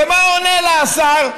ומה עונה לה השר?